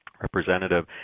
representative